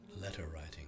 letter-writing